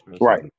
Right